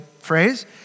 phrase